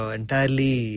entirely